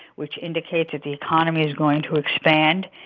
which indicates that the economy is going to expand.